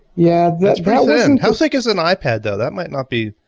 yeah that's pretty thin. how thick is an ipad though that might not be.